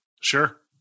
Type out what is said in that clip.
Sure